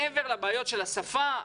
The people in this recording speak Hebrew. מעבר לבעיות של השפה.